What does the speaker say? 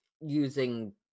using